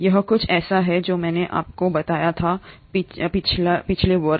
यह कुछ ऐसा है जो मैंने आपको बताया था पिछला वर्ग